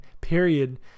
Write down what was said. period